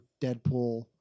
Deadpool